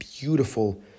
beautiful